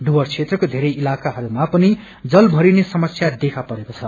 डुव्रस क्षेत्रको धेरै इलकाहरूमा पनि जल भरिने समस्या देखा परेको छ